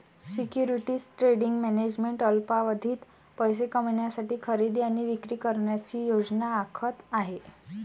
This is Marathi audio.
सिक्युरिटीज ट्रेडिंग मॅनेजमेंट अल्पावधीत पैसे कमविण्यासाठी खरेदी आणि विक्री करण्याची योजना आखत आहे